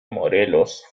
morelos